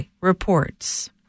reports